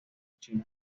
china